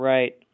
Right